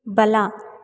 ಬಲ